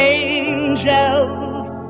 angels